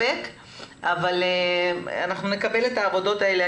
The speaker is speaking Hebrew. אבל אנחנו נקבל את העבודות האלה.